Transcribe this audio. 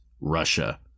Russia